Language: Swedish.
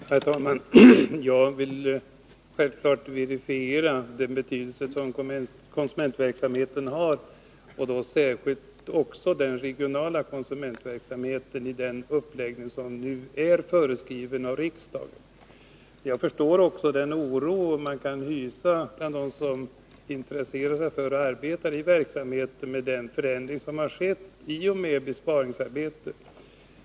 Herr talman! Jag vill självfallet verifiera den betydelse som konsumentverksamheten har, särskilt den regionala konsumentverksamheten i den uppläggning som nu är föreskriven av riksdagen. Jag förstår också den oro som de kan hysa som intresserar sig för eller arbetar i verksamheten med den förändring som har skett i och med besparingsarbetet.